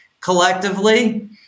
collectively